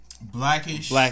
Blackish